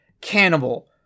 Cannibal